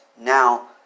Now